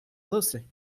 lucy